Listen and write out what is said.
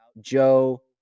Joe